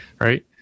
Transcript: right